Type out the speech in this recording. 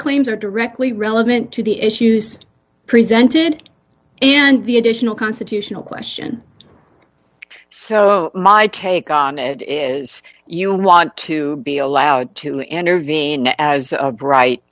claims are directly relevant to the issues presented and the additional constitutional question so my take on it is you want to be allowed to enter van as bright